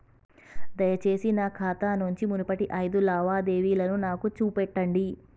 దయచేసి నా ఖాతా నుంచి మునుపటి ఐదు లావాదేవీలను నాకు చూపెట్టండి